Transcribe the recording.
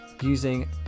using